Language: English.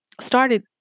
started